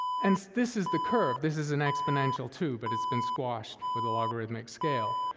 and this is the curve. this is an exponential tube, but it's been squashed with a logarithmic scale,